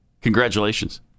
Congratulations